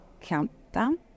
Countdown